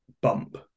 bump